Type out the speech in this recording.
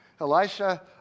Elisha